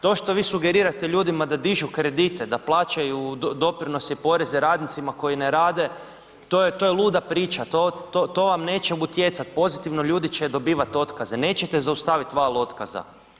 To što vi sugerirate ljudima da dižu kredite, da plaćaju doprinose i poreze radnicima koji ne rade, to je luda priča to vam neće utjecati pozitivno, ljudi će dobivati otkaze, neće zaustaviti otkaza.